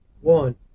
one